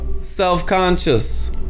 Self-conscious